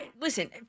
listen